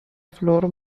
flor